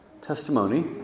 Testimony